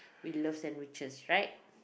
we love sandwiches right